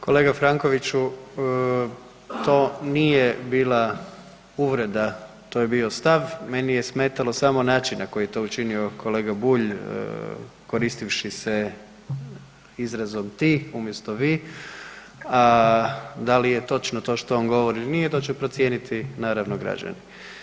Kolega Frankoviću, to nije bila uvreda, to je bio stav, meni je smetao samo način na koji je to učinio kolega Bulj koristivši se izrazom „ti“ umjesto „vi“, a da li je točno to što on govori ili nije, to će procijeniti, naravno, građani.